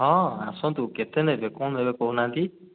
ହଁ ଆସନ୍ତୁ କେତେ ନେବେ କ'ଣ ନେବେ କହୁନାହାନ୍ତି